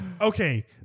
Okay